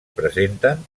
presenten